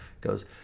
goes